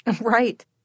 Right